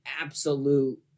absolute